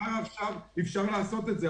--- עד עכשיו אי אפשר לעשות את זה.